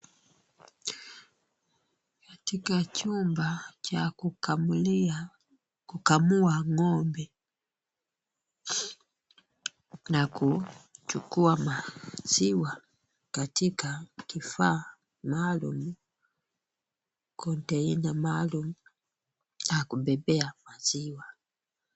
Katika chumba cha kukamua ng'ombe na kuchukua maziwa katika kifaa maalum. konteina maalum, ya kubebea maziwa.